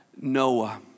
Noah